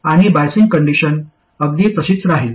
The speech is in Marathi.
आणि बायझिंग कंडिशन अगदी तशीच राहील